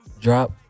drop